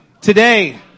Today